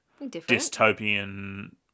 dystopian